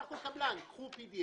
הן בסך הכול קבלן: קחו PDF,